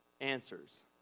answers